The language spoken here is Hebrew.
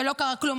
ולא קרה כלום.